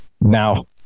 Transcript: now